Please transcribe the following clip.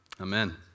amen